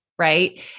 Right